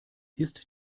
ist